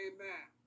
Amen